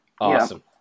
awesome